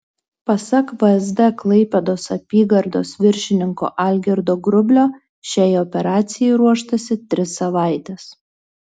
pasak vsd klaipėdos apygardos viršininko algirdo grublio šiai operacijai ruoštasi tris savaites